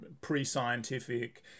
pre-scientific